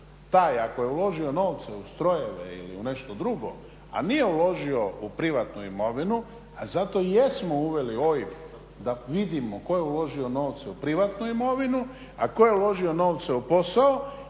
ako je uložio novce u strojeve ili u nešto drugo, a nije uložio u privatnu imovinu, a zato i jesmo uveli OIB da vidimo tko je uložio novce u privatnu imovinu, a tko je uložio novce u posao.